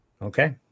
Okay